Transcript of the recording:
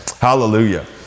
Hallelujah